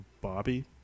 Bobby